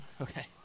okay